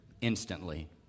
instantly